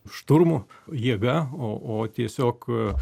šturmu jėga o o tiesiog